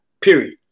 Period